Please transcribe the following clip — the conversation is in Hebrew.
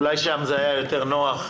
אולי שם זה היה יותר נוח.